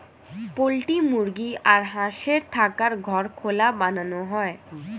poultry মুরগি আর হাঁসের থাকার ঘর খোলা বানানো হয়